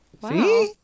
Wow